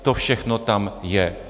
To všechno tam je.